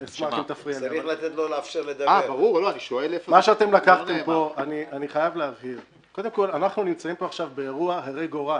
קודם כל, אנחנו נמצאים עכשיו באירוע הרה גורל.